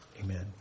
Amen